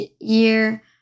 year